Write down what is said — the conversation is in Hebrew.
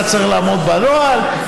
ואתה צריך לעמוד בנוהל.